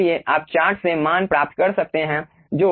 इसलिए आप चार्ट से मान प्राप्त कर सकते हैं जो 16 हैं